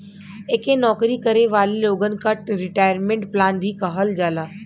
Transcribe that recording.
एके नौकरी करे वाले लोगन क रिटायरमेंट प्लान भी कहल जाला